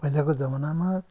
पहिलाको जमानामा